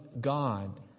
God